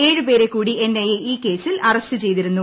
ഏഴുപേരെ കൂടി N I A ഈ കേസിൽ അറസ്റ്റു ചെയ്തിരുന്നു